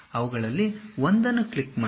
ಅವುಗಳಲ್ಲಿ ಒಂದನ್ನು ಕ್ಲಿಕ್ ಮಾಡಿ